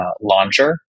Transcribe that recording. Launcher